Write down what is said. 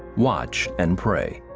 watch, and pray.